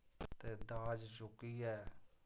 ते दाज चुक्कियै